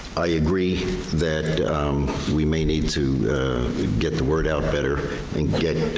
i agree that we may need to get the word out better and get